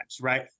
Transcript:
right